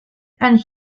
and